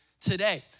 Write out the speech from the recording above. today